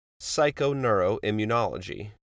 psychoneuroimmunology